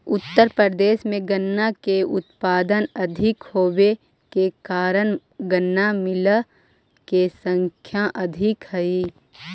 उत्तर प्रदेश में गन्ना के उत्पादन अधिक होवे के कारण गन्ना मिलऽ के संख्या अधिक हई